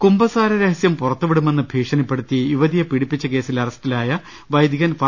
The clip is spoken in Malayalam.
കുമ്പസാര രഹസ്യം പുറത്തുവിടുമെന്ന് ഭീഷണിപ്പെടുത്തി യു വതിയെ പീഡിപ്പിച്ച കേസിൽ അറസ്റ്റിലായ വൈദികൻ ഫാ